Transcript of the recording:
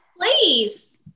please